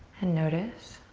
and notice.